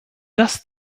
das